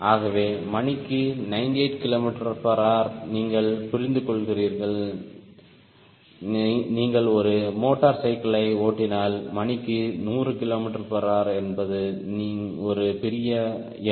ஆகவே மணிக்கு 98 kmh நீங்கள் புரிந்துகொள்கிறீர்கள் நீங்கள் ஒரு மோட்டார் சைக்கிளை ஓட்டினால் மணிக்கு 100 kmh என்பது ஒரு பெரிய எண்